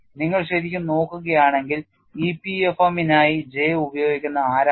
നിങ്ങൾ ശരിക്കും നോക്കുകയാണെങ്കിൽ EPFM ഇനായി J ഉപയോഗിക്കുന്നത് ആരാണ്